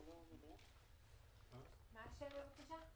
בבקשה,